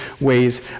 ways